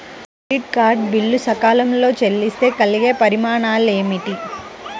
Credit card bill సకాలంలో చెల్లిస్తే కలిగే పరిణామాలేమిటి?